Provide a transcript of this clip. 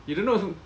you don't know who